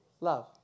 love